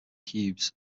cubes